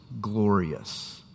Glorious